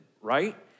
right